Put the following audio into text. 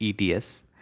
ETS